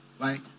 Right